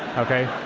okay?